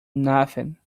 nothing